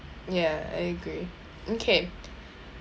ya I agree okay